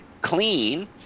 clean